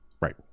Right